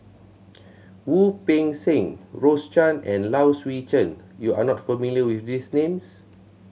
Wu Peng Seng Rose Chan and Low Swee Chen you are not familiar with these names